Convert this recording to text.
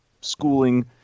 schooling